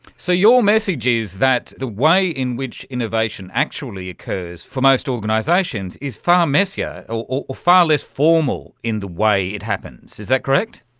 so your message is that the way in which innovation actually occurs for most organisations is far um messier or or far less formal in the way it happens, is that correct?